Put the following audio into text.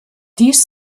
dies